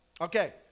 Okay